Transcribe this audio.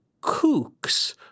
kooks